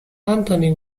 anthony